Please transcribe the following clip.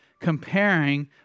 comparing